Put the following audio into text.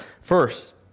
First